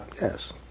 Yes